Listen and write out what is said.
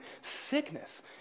sickness